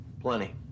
Plenty